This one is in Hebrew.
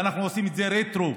אנחנו עושים את זה רטרו,